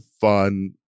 fun